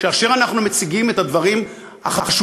כאשר אנחנו מציגים את הדברים החשובים,